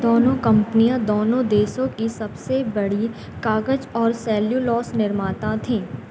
दोनों कम्पनियाँ दोनों देशों की सबसे बड़ी कागज़ और सेल्युलॉस निर्माता थीं